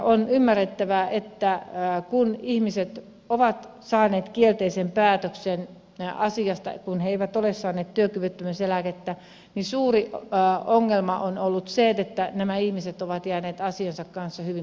on ymmärrettävää että kun ihmiset ovat saaneet kielteisen päätöksen asiasta kun he eivät ole saaneet työkyvyttömyyseläkettä niin suuri ongelma on ollut se että nämä ihmiset ovat jääneet asiansa kanssa hyvin pitkälle yksin